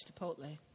chipotle